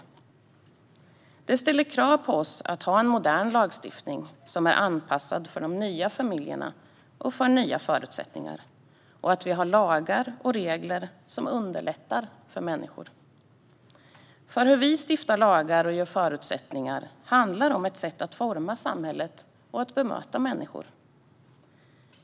Utvecklingen ställer krav på oss att ha en modern lagstiftning som är anpassad för de nya familjerna och nya förutsättningar och att vi har lagar och regler som underlättar för människor, för hur vi stiftar lagar och ger förutsättningar handlar om ett sätt att forma samhället och bemöta människor.